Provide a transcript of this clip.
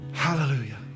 Hallelujah